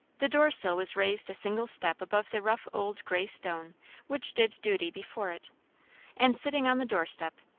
the door-sill was raised a single step above the rough old grey stone which did duty before it and sitting on the doorstep,